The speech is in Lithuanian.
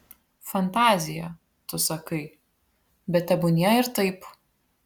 fantazija tu sakai bet tebūnie ir taip